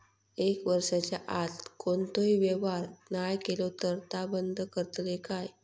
एक वर्षाच्या आत कोणतोही व्यवहार नाय केलो तर ता बंद करतले काय?